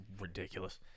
ridiculous